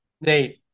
Nate